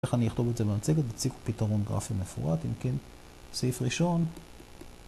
‫איך אני אכתוב את זה במצגת? ‫תציגו פתרון גרפי מפורט. ‫אם כן, סעיף ראשון...